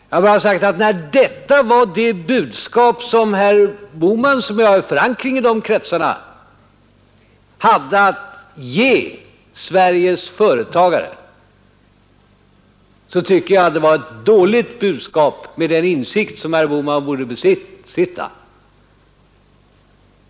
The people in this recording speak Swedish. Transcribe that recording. Jag har sagt att när detta var det budskap herr Bohman — som har förankring i de kretsarna — hade att ge svenska företagare så var det ett dåligt budskap med tanke på den insikt som herr Bohman borde besitta.